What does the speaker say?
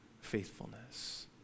faithfulness